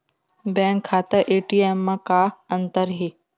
Bank खाता ATM मा का अंतर हे?